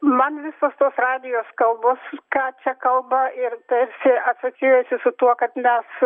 man visos tos radijo kalbos ką čia kalba ir tarsi asocijuojasi su tuo kad mes